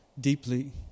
deeply